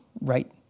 right